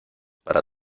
para